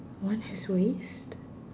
one has waste